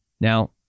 Now